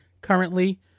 currently